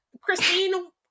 Christine